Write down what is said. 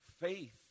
Faith